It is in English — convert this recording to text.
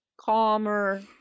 calmer